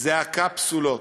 זה הקפסולות.